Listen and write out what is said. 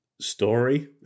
story